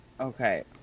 Okay